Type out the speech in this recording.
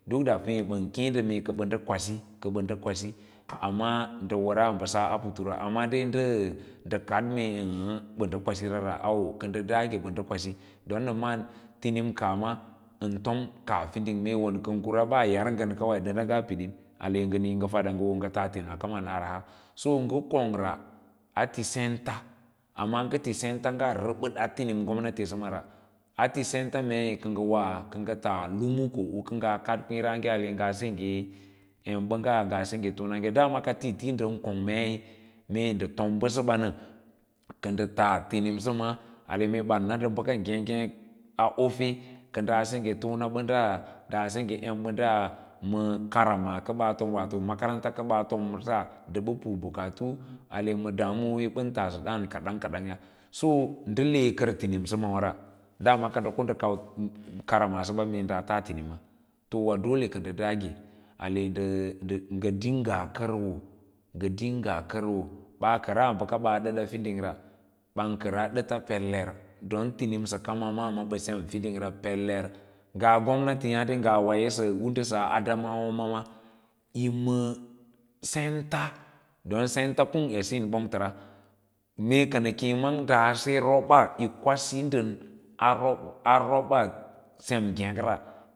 Tum da ɓən keẽ ndə mee kə ɓə ndə kwasi kə ɓə ndə kwasi ndə wəraa bəsaa puturawa, ndə kad mee ɓə ndə kwasirara, kə ndə doge ɓə ndə kwasi domin nə malan tirima kaa ma ən tom kafin ngə kura ɓaa yaw ngən kawai dənda piɗin ale ngə niĩ ngə wo ngə fada ngə hoo tasa tinima kaman araha, so ngə kongra a tú senta amma ngə ti senta’ ngə rəbəd a. Tinima gomnati səma ra, atí senta meei kə ngə wa ko ngə tas lumu ko u kə ngaa kaɗ kwêěrǎǎ ge ale ngaa sengge emɓəngga ngaa sengge tonage dama ka keẽ ndən kong meei mee ndə ton bəsəbanə kə ndə tas tinimasəma ile mee ɓan na ndə bəka nyék ngêk ofe kə ɗaa sengge tonaɓəda, ɗaa sengge emɓəda ma kavma kə ɓaa tomwà, watou makarante ka ɓaa fom ta ə ɓə pu bukatu ma damuwoyi u ɓə tasə dǎǎn kadan kadanya. So ndə le kər tinima so mawâ ra dama ka ndə kau karamasəba mee ɗaa taa tinima to wâdole kə ndə ɗage mee ngə dinga kəro ɓaa kər as bəkaba adəda fiding ra ɓan kəraa ɗata peler don tinima kama ma bə sem fiding ra ɓə peler ngana ma gomnatiyâade ngwaya bə ndə laa wííiyo a adamawa. Mawâ yi ma senta, don sentaa kiro eɗiyine ɓongtəra mee ka nə kěěn ɗase. Raɓa yí kwasī ndə a roba sem nyêk ra.